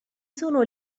sono